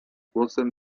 głosem